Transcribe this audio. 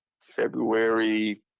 february